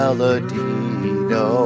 Aladino